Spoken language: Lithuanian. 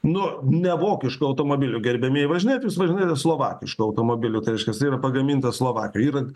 nu ne vokišku automobiliu gerbiamieji jūs važinėjatės jūs važinėjat slovakišku automobiliu tai reiškias yra pagaminta slovakijoj yra